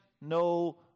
no